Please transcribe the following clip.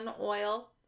oil